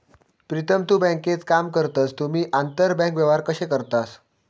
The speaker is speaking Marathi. प्रीतम तु बँकेत काम करतस तुम्ही आंतरबँक व्यवहार कशे करतास?